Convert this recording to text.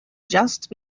just